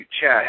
chat